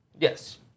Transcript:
Yes